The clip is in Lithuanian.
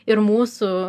ir mūsų